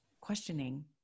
questioning